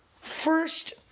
first